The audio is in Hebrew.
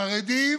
חרדים,